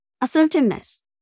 Assertiveness